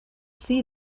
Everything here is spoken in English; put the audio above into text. see